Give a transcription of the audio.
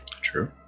True